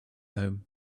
home